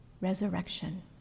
resurrection